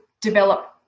develop